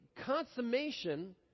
consummation